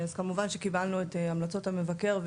אז כמובן שקיבלנו את המלצות המבקר,